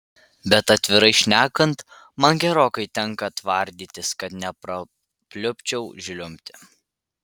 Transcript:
bet atvirai šnekant man gerokai tenka tvardytis kad neprapliupčiau žliumbti